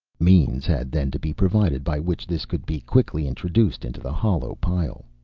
means had then to be provided by which this could be quickly introduced into the hollow pile,